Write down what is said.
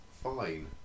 fine